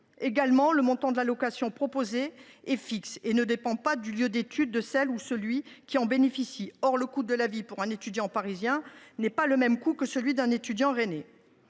ailleurs, le montant de l’allocation proposée serait fixe et ne dépendrait pas du lieu d’études de celui ou de celle qui en bénéficierait. Or le coût de la vie pour un étudiant parisien n’est pas le même que pour un étudiant rennais.